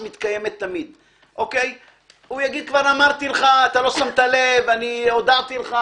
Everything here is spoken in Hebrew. הוא יגיד: כבר אמרתי לך, לא שמת לב, הודעתי לך.